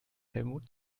helmut